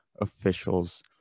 officials